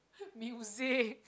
music